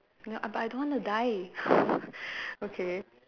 ya but I don't want to die okay